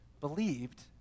believed